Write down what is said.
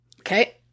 Okay